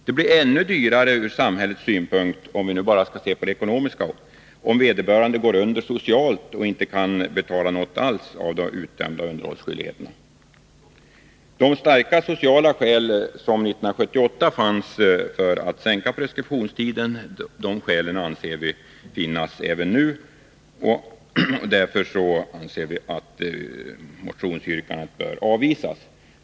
Det blir ännu dyrare från samhällets synpunkt, om vi nu bara skall se på den ekonomiska sidan, om vederbörande går under socialt och inte kan betala något alls av de utdömda underhållen. Utskottsmajoriteten anser att de starka sociala skäl som 1978 fanns för att förkorta preskriptionstiden föreligger även nu. Därför anser vi att motionsyrkandet bör avvisas.